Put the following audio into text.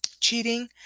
Cheating